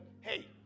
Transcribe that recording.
hey